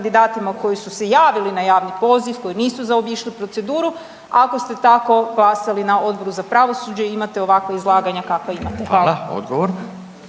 kandidatima koji su se javili na javni poziv, koji nisu zaobišli proceduru, ako ste tako glasali na Odboru za pravosuđe i imate ovakva izlaganja kakva imate? **Radin,